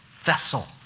vessel